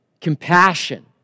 compassion